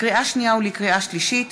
לקריאה שנייה ולקריאה שלישית: